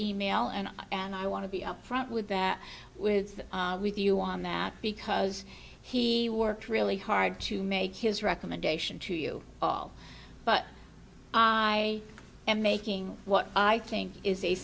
email and and i want to be up front with that with with you on that because he worked really hard to make his recommendation to you all but i am making what i think is